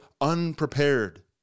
unprepared